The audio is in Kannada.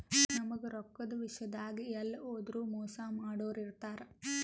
ನಮ್ಗ್ ರೊಕ್ಕದ್ ವಿಷ್ಯಾದಾಗ್ ಎಲ್ಲ್ ಹೋದ್ರು ಮೋಸ್ ಮಾಡೋರ್ ಇರ್ತಾರ